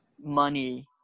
money